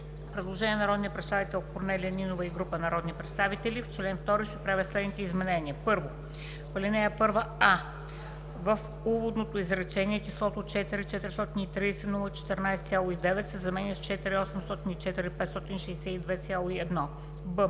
предложение на народния представител Корнелия Нинова и група народни представители: „В чл. 2 се правят следните изменения: 1. в ал. 1: а) в уводното изречение числото „4 430 014,9“ се заменя с „4 804 562,1“.